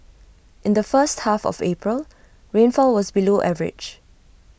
in the first half of April rainfall was below average